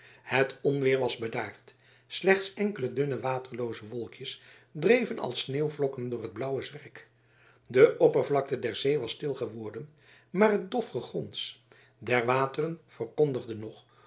het onweer was bedaard slechts enkele dunne waterlooze wolkjes dreven als sneeuwvlokken door het blauwe zwerk de oppervlakte der zee was stil geworden maar het dof gegons der wateren verkondigde nog